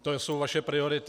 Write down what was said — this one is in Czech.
To jsou vaše priority.